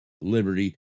Liberty